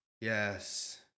Yes